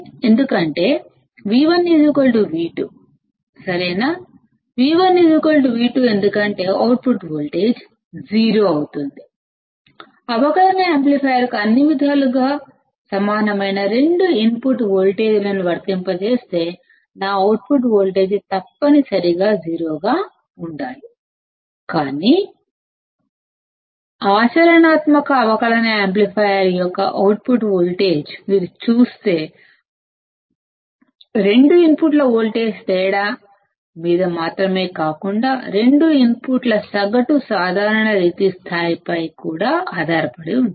ఎందుకంటే V1V2 అందువల్ల output voltage సున్నా అవుతుంది అవకలన యాంప్లిఫైయర్కు అన్ని విధాలుగా సమానమైన రెండు ఇన్పుట్ వోల్టేజ్లను వర్తింపజేస్తే నా అవుట్పుట్ వోల్టేజ్ తప్పనిసరిగా సున్నాఅవ్వాలి కానీ ఆచరణాత్మక అవకలన యాంప్లిఫైయర్ యొక్క అవుట్పుట్ వోల్టేజ్ మీరు గమనిస్తే రెండు ఇన్పుట్ల వోల్టేజ్ ల మధ్య తేడా మీద మాత్రమే కాకుండా రెండు ఇన్పుట్ల సగటు కామన్ మోడ్ స్థాయిపై కూడా ఆధారపడి ఉంటుంది